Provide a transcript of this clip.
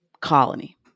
colony